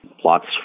plots